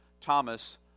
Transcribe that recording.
Thomas